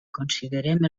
considerem